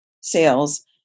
sales